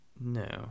No